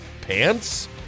pants